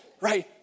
right